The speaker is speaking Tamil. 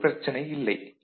இது ஒரு பிரச்சனை இல்லை